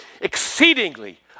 exceedingly